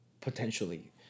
potentially